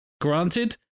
Granted